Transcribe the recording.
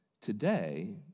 Today